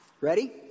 Ready